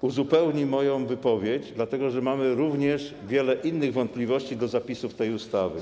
uzupełni moją wypowiedź, dlatego że mamy również wiele innych wątpliwości co do zapisów tej ustawy.